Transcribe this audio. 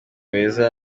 beza